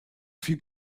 few